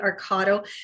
Arcado